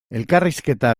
elkarrizketa